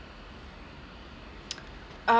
uh~